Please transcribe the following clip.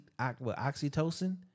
oxytocin